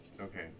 Okay